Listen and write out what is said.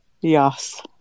Yes